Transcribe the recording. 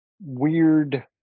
weird